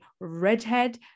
redhead